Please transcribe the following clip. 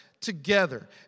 together